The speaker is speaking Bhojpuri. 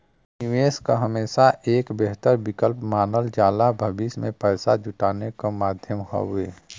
निवेश के हमेशा एक बेहतर विकल्प मानल जाला भविष्य में पैसा जुटावे क माध्यम हउवे